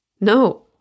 No